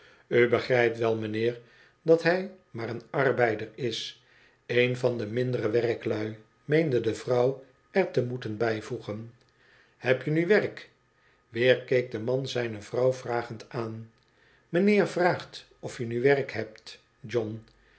u begrijpt wel mijnheer dat hij maar een arbeider is een van de mindere werklui meende de vrouw er te moeten bijvoegen heb je nu werk weer keek de man zijne vrouw vragend aan mijnheer vraagt of je nu werk hebt john